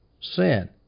sin